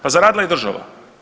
Pa zaradila je država.